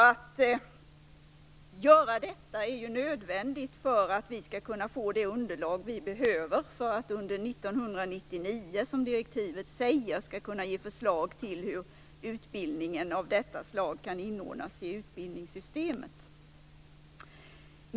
Att göra det är nödvändigt för att vi skall kunna få det underlag vi behöver för att vi, som direktivet säger, under 1999 skall kunna ge förslag till hur utbildning av detta slag kan inordnas i utbildningssystemet.